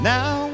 Now